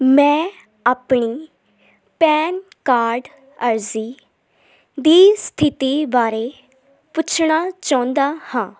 ਮੈਂ ਆਪਣੀ PAN card ਅਰਜ਼ੀ ਦੀ ਸਥਿਤੀ ਬਾਰੇ ਪੁੱਛਣਾ ਚਾਹੁੰਦਾ ਹਾਂ